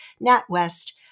NatWest